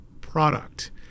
product